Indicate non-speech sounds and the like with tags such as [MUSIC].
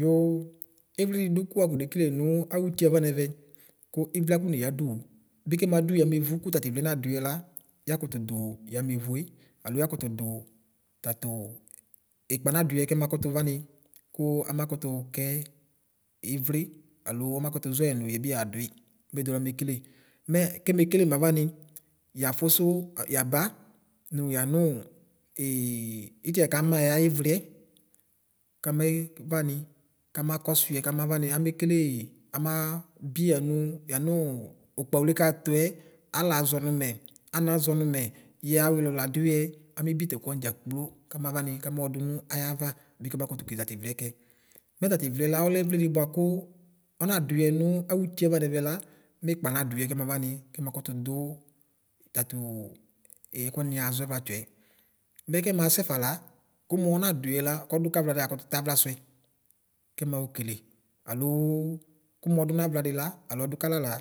Yoo ivli di du ku wuafonekele nu awutieava nɛvɛ ku luliɛ akoneyəduwu. Bi kɛmadu yamevu ku tativkiɛ naduyɛ la yakutu duu yameyue alo yakatudu tatu ikpa naduye kema kutu yani, ku ama kutu ke ivli alo ama kutuʒɔyɛ nu yɛbi yadui, mɛdulamekele. Mɛ keme kele mawani? Yasufu yaba nu yanu [HESITATION] itie kamayɛ ayivliɛ kame vani, kamakɔsuiɛ kamavani amekelee, amaa bie yanu yanuu ukpawle katuɛ: ala aʒɔnumɛ, yɛawilu laduye amebie taɛkuwani dʒa kplo kamavani kamoodunu ayava bi kama kutu kele taivliɛ kɛ. Mɛ tativliɛ la, ɔlɛ ivli di buaku ɔnaduyɛ nu awutieava nɛvɛ la mikpa naduyɛ kɛmavani kɛmakutu duu tatu [HESITATION] ɛkuaniyaʒɔ ɛvlatsoe. Mɛ kemasefala kumunɔnaduyɛla, kɔdukavladi yakutu tɛavla suɛ kɛmaokele; aloo kumuodu navladi la aloɔdu kalala